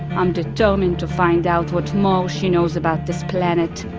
i'm determined to find out what more she knows about this planet.